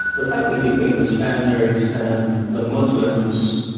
the fighting between the spaniards and the muslims,